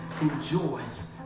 enjoys